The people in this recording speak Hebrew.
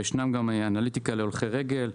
ויש גם אנליטיקה להולכי רגל.